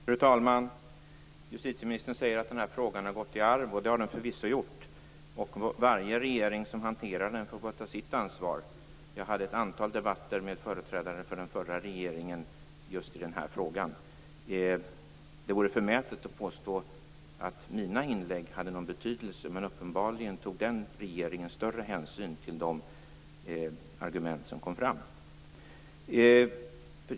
Fru talman! Justitieministern säger att den här frågan har gått i arv, och det har den förvisso gjort. Varje regering som hanterar den får ta sitt ansvar. Jag hade ett antal debatter med företrädare för den förra regeringen just i den här frågan. Det vore förmätet att påstå att mina inlägg hade någon betydelse, men uppenbarligen tog den regeringen större hänsyn till de argument som kom fram.